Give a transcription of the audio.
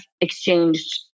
exchanged